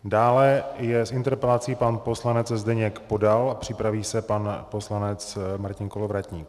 Dále je s interpelací pan poslanec Zdeněk Podal a připraví se pan poslanec Martin Kolovratník.